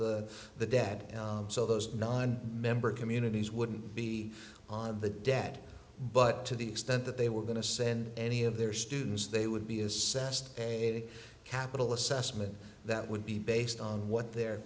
the dead so those non member communities wouldn't be on the debt but to the extent that they were going to send any of their students they would be assessed a capital assessment that would be based on what they're